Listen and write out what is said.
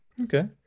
Okay